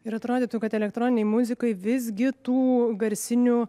ir atrodytų kad elektroninei muzikai visgi tų garsinių